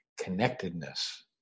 connectedness